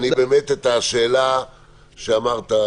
את השאלה שלך,